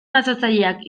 jasotzaileak